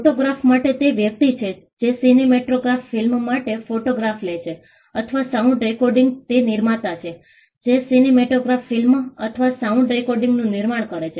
photograph માટે તે વ્યક્તિ છે જે સિનેમેટોગ્રાફ ફિલ્મ માટે ફોટોગ્રાફ લે છે અથવા સાઉન્ડ રેકોર્ડિંગ તે નિર્માતા છે જે સિનેમેટોગ્રાફ ફિલ્મ અથવા સાઉન્ડ રેકોર્ડિંગનું નિર્માણ કરે છે